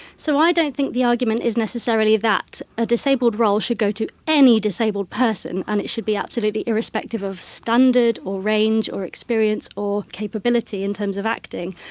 so, i don't think the argument is necessarily that a disabled role should go to any disabled person and it should be absolutely irrespective of standard or range or experience or capability in terms of acting.